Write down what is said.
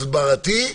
הסברתי,